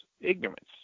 ignorance